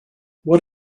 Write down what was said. what